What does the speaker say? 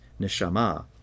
neshama